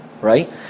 right